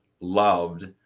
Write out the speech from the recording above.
loved